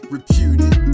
Reputed